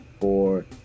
four